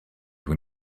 when